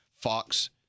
Fox